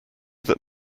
that